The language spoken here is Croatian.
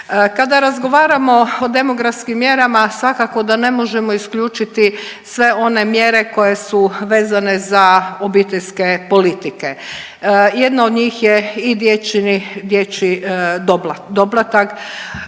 Kada razgovaramo o demografskim mjerama svakako da ne možemo isključiti sve one mjere koje su vezane za obiteljske politike. Jedna od njih je i dječji doplatak.